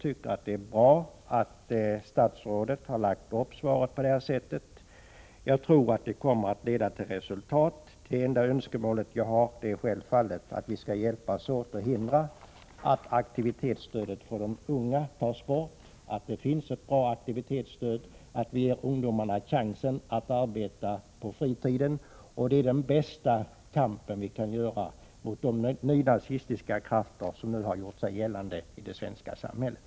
Det är bra att statsrådet lagt upp svaret på detta sätt. Jag tror att det kommer att leda till resultat. Det enda önskemålet jag har är självfallet att vi skall hjälpas åt att förhindra att aktivitetsstödet till de unga tas bort. Det skall finnas ett bra aktivitetsstöd, så att ungdomarna får chansen att arbeta på fritiden. Det är det bästa som kan göras i kampen mot de nynazistiska krafter som nu gjort sig gällande i det svenska samhället.